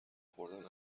خوردن